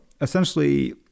essentially